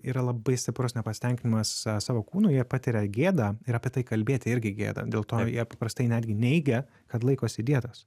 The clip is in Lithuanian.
yra labai stiprus nepasitenkinimas savo kūnu jie patiria gėdą ir apie tai kalbėti irgi gėda dėl to jie paprastai netgi neigia kad laikosi dietos